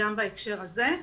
גם בהקשר הזה.